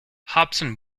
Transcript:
hobson